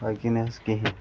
باقٕے نہ حظ کِہیٖنۍ